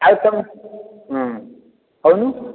ଆଉ କହୁନୁ